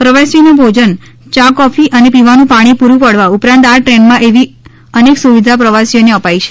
પ્રવાસીઓ ને ભોજન ચા કોફી અને પીવાનું પાણી પૂરું પાડવા ઉપરાંત આ ટ્રેનમાં એવી અનેક સુવિધા પ્રવાસીઓ ને અપાઈ છે